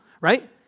right